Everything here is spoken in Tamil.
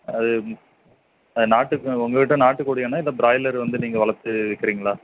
அது அது நாட்டு உங்க கிட்ட நாட்டுக்கோழியாண்ணா இல்லை ப்ராயிலர் வந்து நீங்கள் வளர்த்து விற்கிறீங்களா